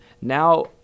Now